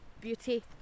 beauty